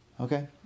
Okay